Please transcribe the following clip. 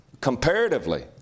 comparatively